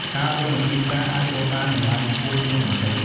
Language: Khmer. ការលក់នៅទីផ្សារ អាចរកបានតម្លៃខ្ពស់ជាងបន្តិច។